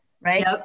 right